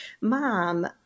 mom